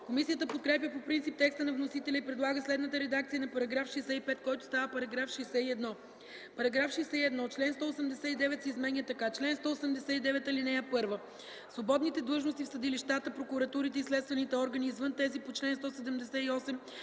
Комисията подкрепя по принцип текста на вносителя и предлага следната редакция на § 65, който става § 61: „§ 61. Член 189 се изменя така: „Чл. 189. (1) Свободните длъжности в съдилищата, прокуратурите и следствените органи, извън тези по чл. 178,